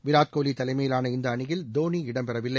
விராட் கோலி தலைமையிலான இந்த அணியில் தோனி இடம்பெறவில்லை